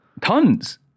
Tons